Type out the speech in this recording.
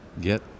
Get